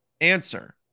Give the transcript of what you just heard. Answer